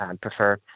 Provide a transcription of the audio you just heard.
prefer